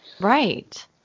Right